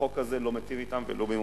החוק הזה לא מיטיב אתם ולו במאומה,